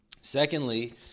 Secondly